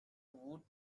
woot